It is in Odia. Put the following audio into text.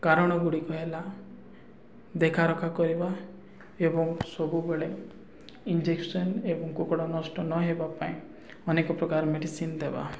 କାରଣ ଗୁଡ଼ିକ ହେଲା ଦେଖା ରଖା କରିବା ଏବଂ ସବୁବେଳେ ଇଞ୍ଜେକ୍ସନ୍ ଏବଂ କୁକୁଡ଼ା ନଷ୍ଟ ନହେବା ପାଇଁ ଅନେକ ପ୍ରକାର ମେଡ଼ିସିନ୍ ଦେବା